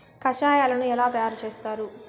కషాయాలను ఎలా తయారు చేస్తారు?